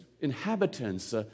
inhabitants